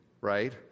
right